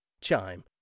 Chime